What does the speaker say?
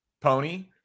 Pony